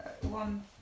one